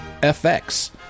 FX